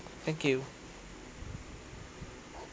thank you